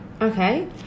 Okay